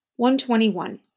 121